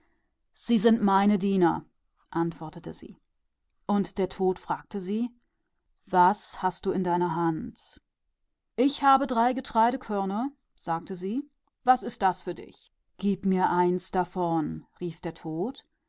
sie sind meine diener antwortete sie und der tod sagte zu ihr was hältst du in der hand ich habe drei getreidekörner antwortete sie was geht das dich an gib mir eins davon rief der tod